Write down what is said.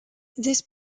this